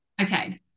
okay